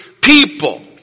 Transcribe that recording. people